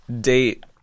date